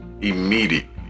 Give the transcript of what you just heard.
immediately